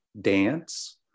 dance